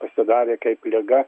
pasidarė kaip liga